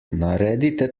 naredite